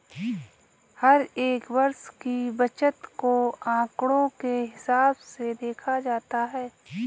हर एक वर्ष की बचत को आंकडों के हिसाब से देखा जाता है